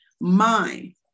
mind